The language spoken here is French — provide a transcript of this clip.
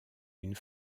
d’une